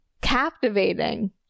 captivating